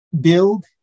build